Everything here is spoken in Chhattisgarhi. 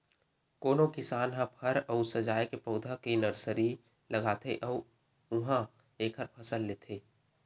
कोनो किसान ह फर अउ सजाए के पउधा के नरसरी लगाथे अउ उहां एखर फसल लेथे